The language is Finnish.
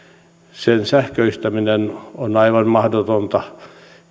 sen sähköistäminen on aivan mahdotonta